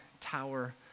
tower